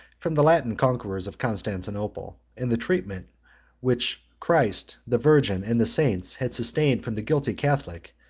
from the latin conquerors of constantinople and the treatment which christ, the virgin, and the saints, had sustained from the guilty catholic,